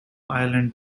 island